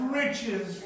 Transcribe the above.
riches